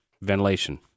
ventilation